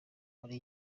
muri